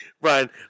Brian